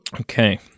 okay